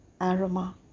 aroma